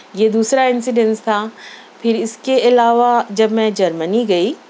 یہ دوسرا انسیڈینس تھا پھر اِس کے علاوہ جب میں جرمنی گئی